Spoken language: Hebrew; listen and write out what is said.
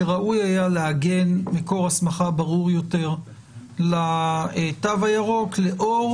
שראוי היה לעגן מקור הסמכה ברור יותר לתו הירוק לאור